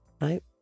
right